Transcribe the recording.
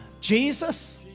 Jesus